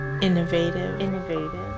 innovative